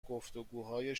گفتگوهای